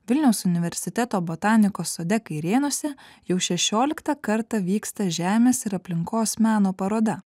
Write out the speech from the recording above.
vilniaus universiteto botanikos sode kairėnuose jau šešioliktą kartą vyksta žemės ir aplinkos meno paroda